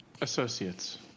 Associates